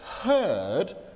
Heard